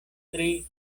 tri